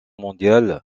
mondiale